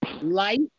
light